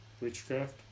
witchcraft